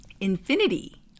infinity